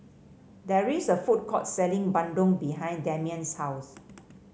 there is a food court selling bandung behind Damion's house